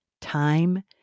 time